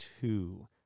two